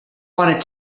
want